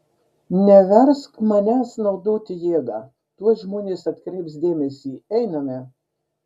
neversk manęs naudoti jėgą tuoj žmonės atkreips dėmesį einame